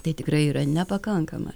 tai tikrai yra nepakankama